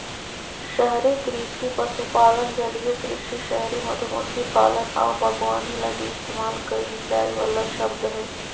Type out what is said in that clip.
शहरी कृषि पशुपालन, जलीय कृषि, शहरी मधुमक्खी पालन आऊ बागवानी लगी इस्तेमाल कईल जाइ वाला शब्द हइ